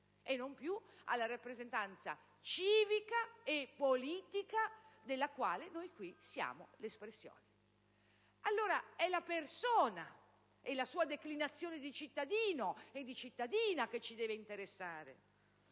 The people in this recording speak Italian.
e non più alla rappresentanza civica e politica, della quale noi qui siamo l'espressione. È allora la persona e la sua declinazione di cittadino e di cittadina che ci devono interessare,